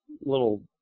little